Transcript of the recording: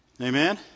Amen